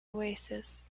oasis